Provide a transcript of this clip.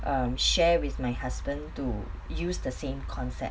um share with my husband to use the same concept